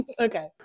Okay